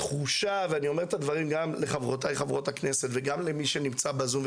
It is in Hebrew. אני אומר את הדברים גם לחברותיי חברות הכנסת וגם למי שנמצא בזום,